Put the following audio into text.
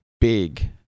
big